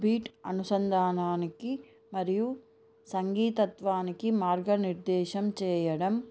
beat అనుసంధానానికి మరియు సంగీతత్వానికి మార్గ నిర్దేశం చేయడం